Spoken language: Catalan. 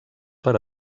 per